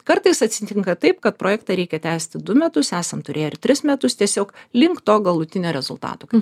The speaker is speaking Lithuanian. kartais atsitinka taip kad projektą reikia tęsti du metus esam turėję ir tris metus tiesiog link to galutinio rezultato